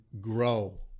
grow